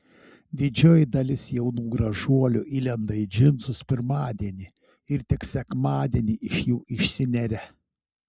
didžioji dalis jaunų gražuolių įlenda į džinsus pirmadienį ir tik sekmadienį iš jų išsineria